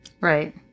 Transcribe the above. Right